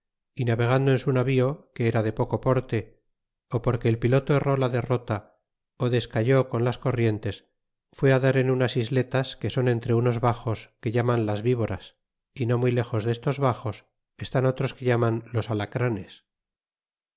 y navegando en su navío que era de poco porte ó porque el piloto erró la derrota o descayó con las corrientes fué dar en unas isletas que son entre unos baxos que llaman las vívoras y no muy lexos tiestos baxos están otros que llaman los